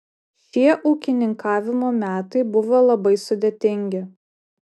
šie ūkininkavimo metai buvo labai sudėtingi